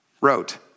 wrote